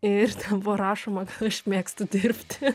ir buvo rašoma aš mėgstu dirbti